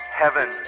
heaven